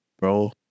Bro